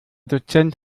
dozent